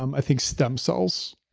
um i think stem cells,